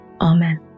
Amen